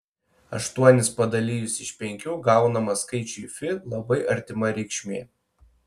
aštuonis padalijus iš penkių gaunama skaičiui fi labai artima reikšmė